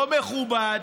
לא מכובד,